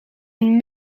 een